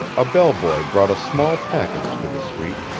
a bell boy brought a small package to the suite.